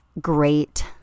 great